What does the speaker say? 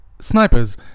snipers